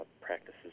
Practices